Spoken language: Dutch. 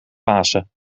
pasen